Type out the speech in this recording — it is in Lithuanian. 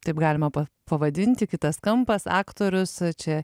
taip galima pavadinti kitas kampas aktorius čia